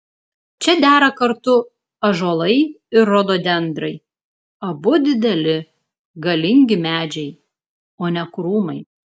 čia dera kartu ąžuolai ir rododendrai abu dideli galingi medžiai o ne krūmai